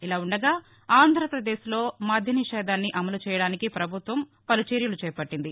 ఇలా ఉండగా ఆంధ్రపదేశ్లో మద్య నిషేధాన్ని అమలు చేయడానికి పభుత్వం పలు చర్యలు చేపట్లింది